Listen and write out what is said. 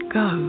go